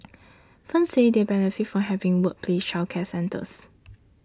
firms said they benefit from having workplace childcare centres